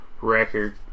record